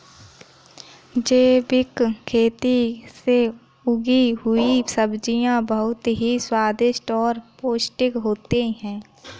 जैविक खेती से उगी हुई सब्जियां बहुत ही स्वादिष्ट और पौष्टिक होते हैं